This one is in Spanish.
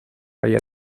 raya